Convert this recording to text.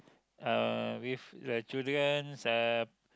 uh with a childrens uh